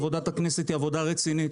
עבודת הכנסת היא עבודה רצינית.